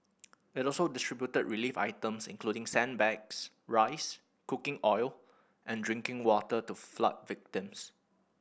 it also distributed relief items including sandbags rice cooking oil and drinking water to flood victims